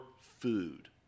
food